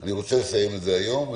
שאני רוצה לסיים את זה היום.